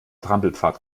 trampelpfad